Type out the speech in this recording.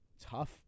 Tough